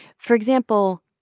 for example,